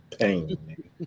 pain